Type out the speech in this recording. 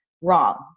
wrong